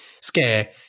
scare